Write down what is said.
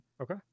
Okay